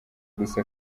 gusa